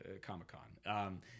Comic-Con